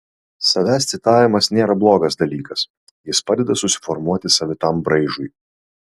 savęs citavimas nėra blogas dalykas jis padeda susiformuoti savitam braižui